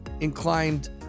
inclined